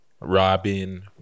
Robin